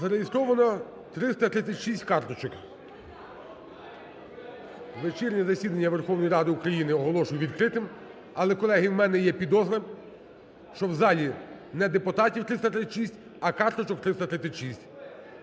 Зареєстровано 336 карточок. Вечірнє засідання Верховної Ради України оголошую відкритим. Але, колеги, у мене є підозра, що в залі не депутатів 336, а карточок 336.